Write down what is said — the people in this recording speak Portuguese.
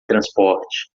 transporte